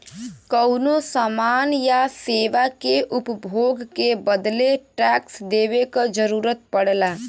कउनो समान या सेवा के उपभोग के बदले टैक्स देवे क जरुरत पड़ला